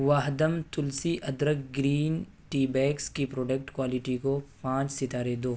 واہدم تلسی ادرک green tea bags کی پروڈکٹ کوائلٹی کو پانچ ستارے دو